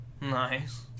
Nice